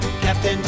Captain